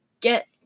get